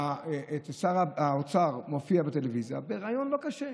שר האוצר מופיע בטלוויזיה בריאיון לא קשה,